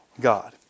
God